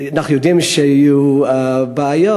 אנחנו יודעים שיהיו בעיות,